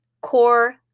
core